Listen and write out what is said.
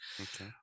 Okay